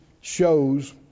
shows